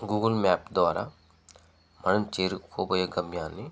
Google map ద్వారా మనం చేరుకోబోయే గమ్యాన్ని